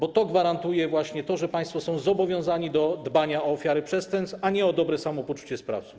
Ona gwarantuje właśnie to, że państwo jest zobowiązane do dbania o ofiary przestępstw, a nie o dobre samopoczucie sprawców.